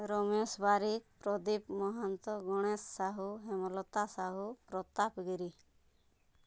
Ramesh Barik Pradeep Mahanta Ganesh Sahu Hemlata Sahu Pratap Giri